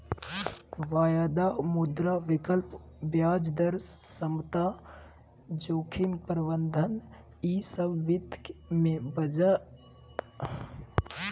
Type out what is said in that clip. वायदा, मुद्रा विकल्प, ब्याज दर समता, जोखिम प्रबंधन ई सब वित्त मे बचाव के मुख्य अवधारणा हय